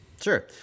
Sure